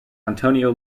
antonio